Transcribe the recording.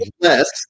Yes